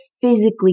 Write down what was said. physically